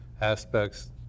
aspects